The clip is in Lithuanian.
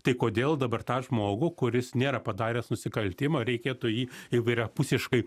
tai kodėl dabar tą žmogų kuris nėra padaręs nusikaltimą reikėtų jį įvairiapusiškai